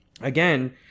Again